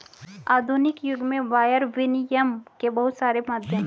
आधुनिक युग में वायर विनियम के बहुत सारे माध्यम हैं